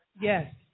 yes